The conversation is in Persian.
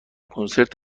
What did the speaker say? کنسرت